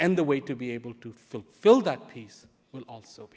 and the way to be able to fulfill that peace will also